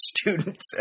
students